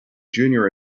junior